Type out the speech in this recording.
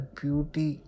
beauty